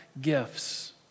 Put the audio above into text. gifts